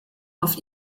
auf